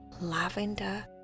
lavender